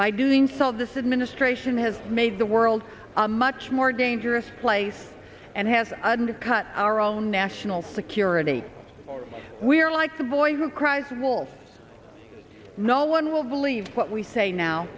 by doing so this administration has made the world a much more dangerous place and has undercut our own national security we are like the boy who cries walls no one will believe what we say now